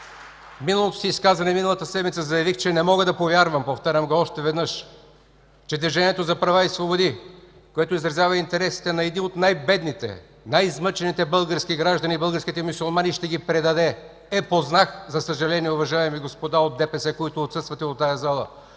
предишната седмица заявих, че не мога да повярвам – повтарям го още веднъж, че Движението за права и свободи, което изразява интересите на едни от най-бедните, най-измъчените български граждани – българските мюсюлмани, ще ги предаде. Е, познах, уважаеми дами и господа от ДПС, които отсъствате от тази зала.